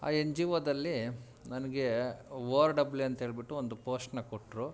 ಆ N G ಓದಲ್ಲಿ ನನಗೆ ಓ ಅರ್ ಡಬ್ಲ್ಯೂ ಅಂತ್ಹೇಳ್ಬಿಟ್ಟು ಒಂದು ಪೋಸ್ಟನ್ನ ಕೊಟ್ಟರು